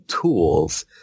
tools